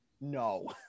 No